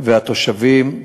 והתושבים,